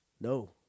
No